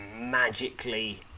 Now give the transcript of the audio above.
magically